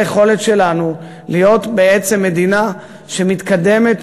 היכולת שלנו להיות בעצם מדינה שמתקדמת,